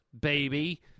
baby